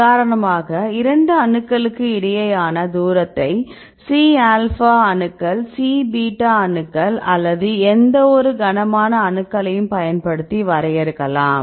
உதாரணமாக இரண்டு அணுக்களுக்கு இடையேயான தூரத்தை C ஆல்பா அணுக்கள் C பீட்டா அணுக்கள் அல்லது எந்தவொரு கனமான அணுக்களையும் பயன்படுத்தி வரையறுக்கலாம்